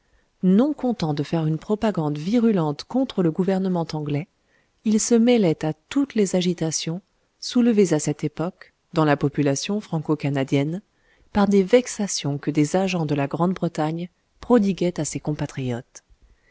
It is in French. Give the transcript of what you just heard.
non content de faire une propagande virulente contre le gouvernement anglais il se mêlait à toutes les agitations soulevées à cette époque dans la population franco canadienne par des vexations que des agents de la grande-bretagne prodiguaient à ses compatriotes